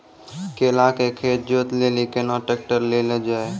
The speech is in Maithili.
केला के खेत जोत लिली केना ट्रैक्टर ले लो जा?